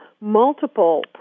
multiple